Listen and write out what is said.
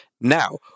Now